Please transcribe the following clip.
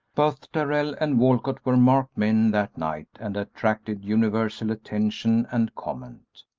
both darrell and walcott were marked men that night and attracted universal attention and comment.